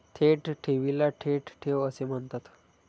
थेट ठेवीला थेट ठेव असे म्हणतात